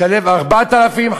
שלם 4,000,